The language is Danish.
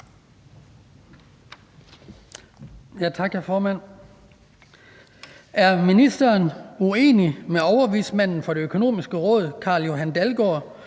Er ministeren uenig med overvismanden for Det Økonomiske Råd, Carl-Johan Dalgaard,